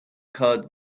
card